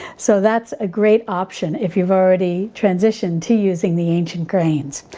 so that's a great option if you've already transitioned to using the ancient grains,